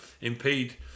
impede